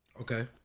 Okay